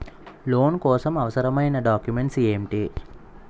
Loan కోసం అవసరమైన documents ఎంటి?